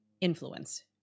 influence